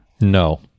No